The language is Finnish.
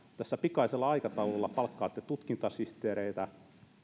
tässä pikaisella aikataululla palkkaatte tutkintasihteereitä